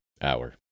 hour